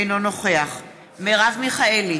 אינו נוכח מרב מיכאלי,